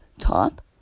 top